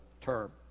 term